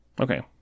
Okay